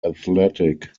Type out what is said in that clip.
athletic